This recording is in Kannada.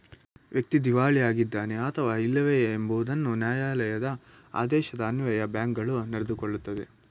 ವ್ಯಕ್ತಿ ದಿವಾಳಿ ಆಗಿದ್ದಾನೆ ಅಥವಾ ಇಲ್ಲವೇ ಎಂಬುದನ್ನು ನ್ಯಾಯಾಲಯದ ಆದೇಶದ ಅನ್ವಯ ಬ್ಯಾಂಕ್ಗಳು ನಡೆದುಕೊಳ್ಳುತ್ತದೆ